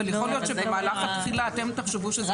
אבל יכול להיות שבמהלך התחילה אתם תחשבו שזה